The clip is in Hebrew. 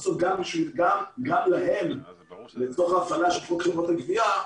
לעשות גם להם לצורך הפעלת חוק חברות הגבייה.